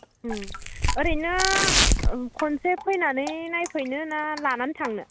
ओरैनो खनसे फैनानै नायफैनो ना लानानै थांनो